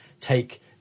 take